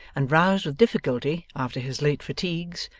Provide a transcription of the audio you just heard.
and roused with difficulty, after his late fatigues,